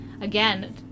Again